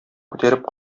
күтәреп